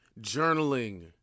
Journaling